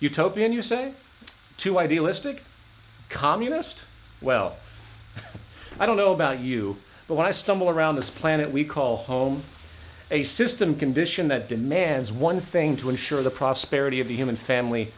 utopian you say too idealistic communist well i don't know about you but when i stumble around this planet we call home a system condition that demands one thing to ensure the prosperity of the human family